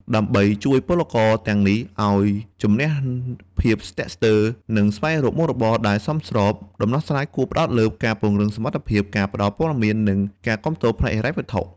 ដើម្បីជួយពលករទាំងនេះឱ្យជំនះភាពស្ទាក់ស្ទើរ និងស្វែងរកមុខរបរដែលសមស្រប ដំណោះស្រាយគួរផ្តោតលើការពង្រឹងសមត្ថភាព ការផ្តល់ព័ត៌មាន និងការគាំទ្រផ្នែកហិរញ្ញវត្ថុ។